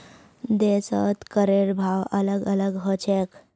देशत करेर भाव अलग अलग ह छेक